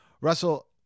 Russell